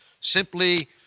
simply